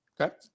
Okay